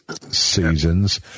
seasons